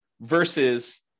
versus